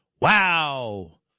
Wow